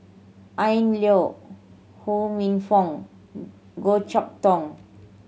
Ian Loy Ho Minfong Goh Chok Tong